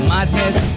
Madness